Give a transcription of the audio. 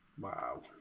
Wow